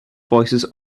voices